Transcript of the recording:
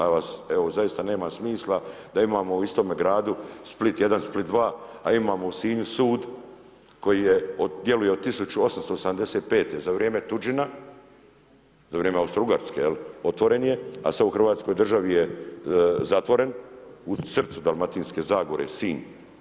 Ja vas, evo zaista nema smisla da imamo u istome gradu Split 1, Split 2, a imamo u Sinju sud koji djeluje od 1875. za vrijeme tuđina, za vrijeme Austro-ugarske otvoren je, a sad u Hrvatskoj državi je zatvoren u srcu Dalmatinske zagore Sinj.